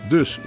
Dus